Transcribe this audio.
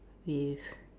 with